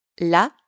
la